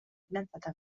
fidanzata